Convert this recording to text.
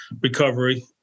recovery